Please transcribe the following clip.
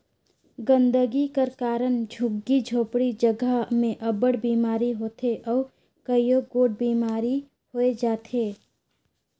गंदगी कर कारन झुग्गी झोपड़ी जगहा में अब्बड़ बिमारी होथे अउ कइयो गोट महमारी होए जाथे